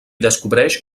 descobreix